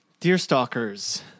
Deerstalkers